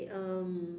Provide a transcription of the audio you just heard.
um